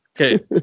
Okay